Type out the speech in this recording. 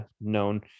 known